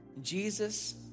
Jesus